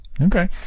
okay